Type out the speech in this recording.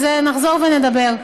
אז נחזור ונדבר.